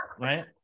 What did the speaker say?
right